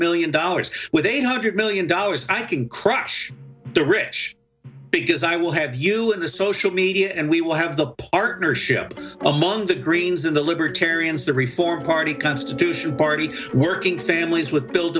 million dollars with a hundred million dollars i can crush the rich because i will have you in the social media and we will have the partnership among the greens and the libertarians the reform party constitution party working families with bil